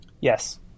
Yes